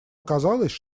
оказалось